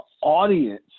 audience